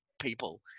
people